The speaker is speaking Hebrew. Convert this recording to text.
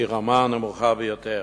שהיא הרמה הנמוכה ביותר.